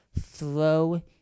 Throw